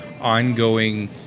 ongoing